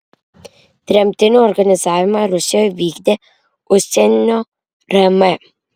tremtinių organizavimą rusijoje vykdė užsienio rm